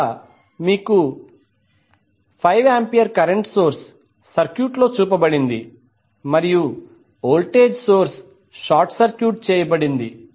ఇక్కడ మీకు 5 ampere current source సర్క్యూట్లో చూపబడింది మరియు వోల్టేజ్ సోర్స్ షార్ట్ సర్క్యూట్ చేయబడింది